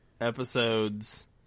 episodes